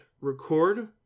record